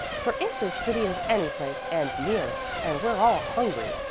for it's as pretty as any place and near, and we're all hungry,